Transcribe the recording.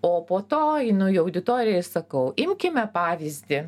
o po to einu į auditoriją ir sakau imkime pavyzdį